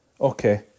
okay